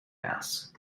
masks